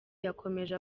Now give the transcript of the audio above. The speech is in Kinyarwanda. yakomeje